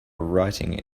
writing